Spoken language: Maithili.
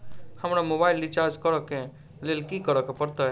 हमरा मोबाइल रिचार्ज करऽ केँ लेल की करऽ पड़त?